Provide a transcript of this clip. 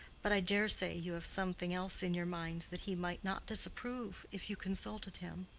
but i dare say you have something else in your mind that he might not disapprove, if you consulted him.